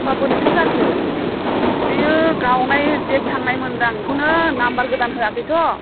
होमब्ला बोरैथो जाखो बेयो गावनाय डेट थांनायमोन्दां बेखौनो नाम्बार गोदान होयाखैथ'